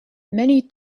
many